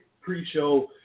pre-show